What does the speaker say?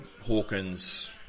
Hawkins